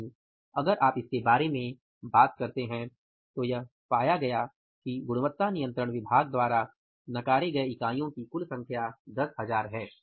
यानि अगर आप इसके बारे में बात करते हैं तो यह पाया गया कि गुणवत्ता नियंत्रण विभाग द्वारा नकारे गए इकाईयों की कुल संख्या 10000 हैं